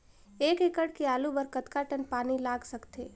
एक एकड़ के आलू बर कतका टन पानी लाग सकथे?